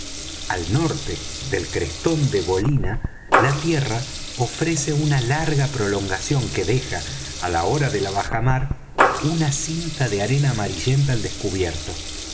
al norte del crestón de bolina la tierra ofrece una larga prolongación que deja á la hora de la bajamar una cinta de arena amarillenta al descubierto